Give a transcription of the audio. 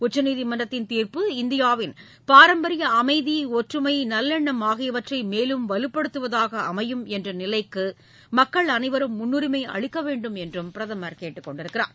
உச்சநீதிமன்றத்தின் தீர்ப்பு இந்தியாவின் பாரம்பரிய அமைதி ஒற்றுமை நல்லெண்ணம் ஆகியவற்றை மேலும் வலுப்படுத்துவதாக அமையும் என்ற நிலைக்கு மக்கள் அனைவரும் முன்னுரிமை அளிக்க வேண்டும் என்று அவர் கேட்டுக்கொண்டுள்ளார்